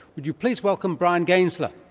would you please welcome bryan gaensler.